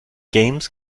games